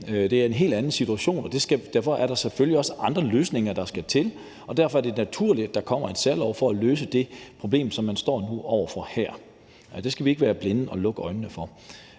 Det er en helt anden situation, og derfor er det selvfølgelig også andre løsninger, der skal til. Derfor er det naturligt, at der kommer en særlov for at løse det problem, som man nu står med. Det skal vi ikke være blinde for og lukke øjnene for.